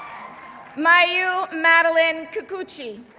mayu madeleine kikuchi,